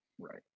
Right